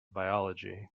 biology